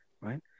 right